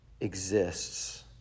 exists